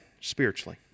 spiritually